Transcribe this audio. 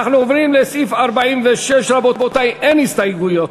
אנחנו עוברים לסעיף 46, רבותי, אין הסתייגות.